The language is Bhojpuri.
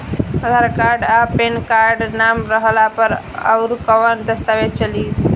आधार कार्ड आ पेन कार्ड ना रहला पर अउरकवन दस्तावेज चली?